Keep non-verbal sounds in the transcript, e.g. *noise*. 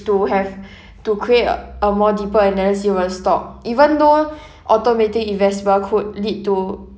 to have *breath* to create a more deeper analysis of a stock even though automatic investment could lead to